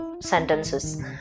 sentences